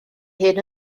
hun